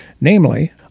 namely